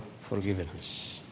forgiveness